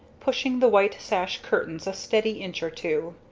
pushing the white sash curtains a steady inch or two.